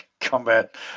Combat